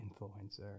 influencer